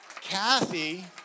Kathy